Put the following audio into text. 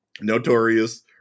notorious